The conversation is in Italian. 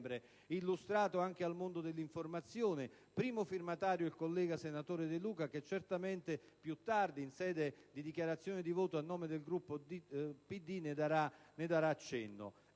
illustrato anche al mondo dell'informazione, primo firmatario il senatore De Luca che certamente più tardi, in sede di dichiarazione di voto a nome del Gruppo PD, ne darà cenno.